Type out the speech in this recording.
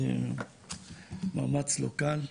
זה מאמץ לא קל.